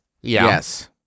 Yes